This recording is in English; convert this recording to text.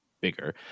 bigger